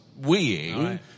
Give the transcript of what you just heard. weeing